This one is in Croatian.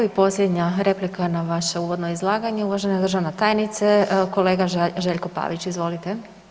I posljednja replika na vaše uvodno izlaganje, uvažena državna tajnice, kolega Željko Pavić, izvolite.